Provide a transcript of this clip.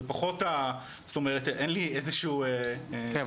זה פחות ה- זאת אומרת אין לי איזשהו --- כן,